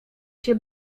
się